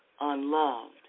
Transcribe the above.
unloved